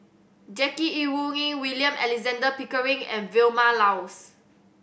Jackie Yi Ru Ying William Alexander Pickering and Vilma Laus